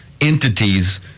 entities